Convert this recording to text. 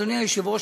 אדוני היושב-ראש,